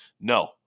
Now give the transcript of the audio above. No